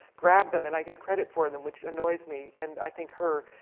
grabbed them, and i get credit for them, which annoys me, and i think, her.